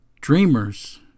dreamers